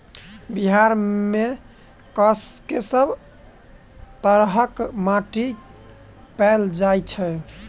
बिहार मे कऽ सब तरहक माटि पैल जाय छै?